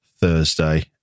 Thursday